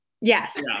Yes